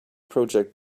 project